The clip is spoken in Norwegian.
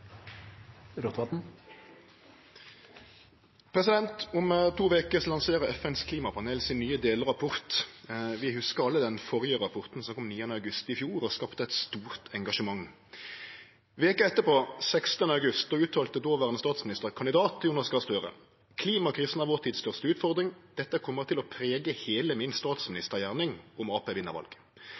Om to veker lanserer FNs klimapanel den nye delrapporten sin. Vi hugsar alle den førre rapporten, som kom 9. august i fjor og skapte eit stort engasjement. Veka etterpå, den 16. august, uttalte den dåverande statsministerkandidaten Jonas Gahr Støre: «Klimakrisen er vår tids største utfordring. Dette kommer til å prege hele min statsministergjerning om